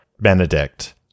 Benedict